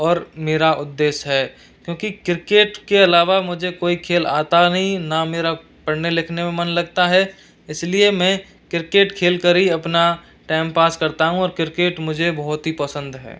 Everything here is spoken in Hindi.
और मेरा उद्देश्य है क्योंकि क्रिकेट के अलावा मुझे कोई खेल आता नहीं ना मेरा पढ़ने लिखने में मन लगता है इसलिए मैं क्रिकेट खेल कर ही अपना टैम पास करता हूँ और क्रिकेट मुझे बहुत ही पसंद है